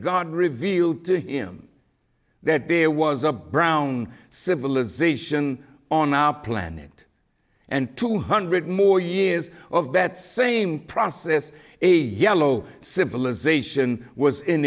god revealed to him that there was a brown civilization on our planet and two hundred more years of that same process a yellow civilization was in